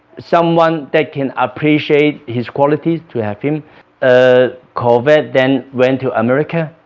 someone that can appreciate his qualities to have him ah covet then went to america.